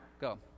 go